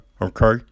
okay